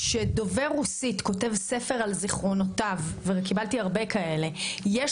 כשדובר רוסית כותב ספר על זכרונותיו וקיבלתי הרבה כאלה - יש